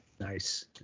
Nice